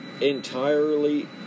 entirely